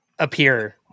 appear